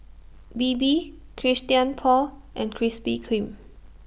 Bebe Christian Paul and Krispy Kreme